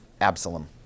Absalom